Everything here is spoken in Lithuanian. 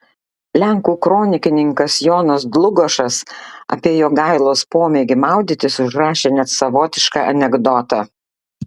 lenkų kronikininkas jonas dlugošas apie jogailos pomėgį maudytis užrašė net savotišką anekdotą